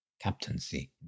captaincy